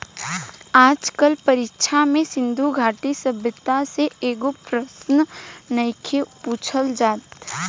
आज कल परीक्षा में सिन्धु घाटी सभ्यता से एको प्रशन नइखे पुछल जात